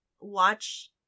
watch